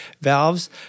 valves